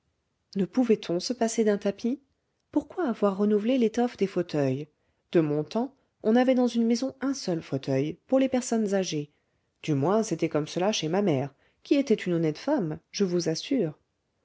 ne pouvait-on se passer d'un tapis pourquoi avoir renouvelé l'étoffe des fauteuils de mon temps on avait dans une maison un seul fauteuil pour les personnes âgées du moins c'était comme cela chez ma mère qui était une honnête femme je vous assure